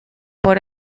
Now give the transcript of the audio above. por